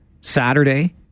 Saturday